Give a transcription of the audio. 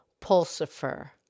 Pulsifer